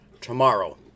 tomorrow